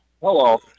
hello